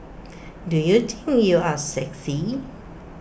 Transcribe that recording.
do you think you are sexy